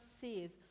says